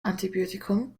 antibiotikum